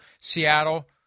Seattle